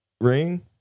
ring